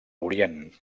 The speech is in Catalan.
orient